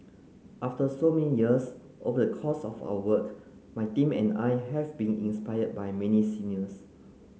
after so many years over the course of our work my team and I have been inspired by many seniors